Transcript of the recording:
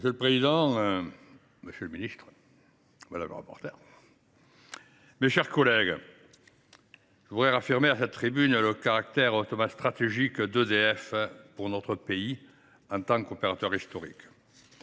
Monsieur le président, monsieur le ministre délégué, mes chers collègues, je veux réaffirmer à cette tribune le caractère hautement stratégique d’EDF pour notre pays, en tant qu’opérateur historique.